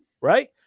right